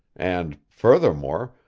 and, furthermore,